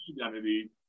identity